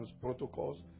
protocols